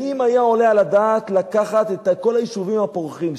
האם היה עולה על הדעת לקחת את כל היישובים הפורחים,